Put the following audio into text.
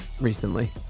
recently